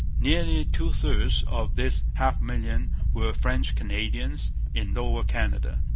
nearly two-thirds of this half-million were french canadians in lower canada,